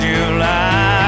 July